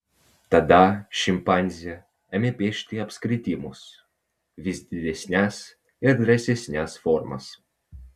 tada šimpanzė ėmė piešti apskritimus vis didesnes ir drąsesnes formas